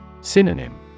Synonym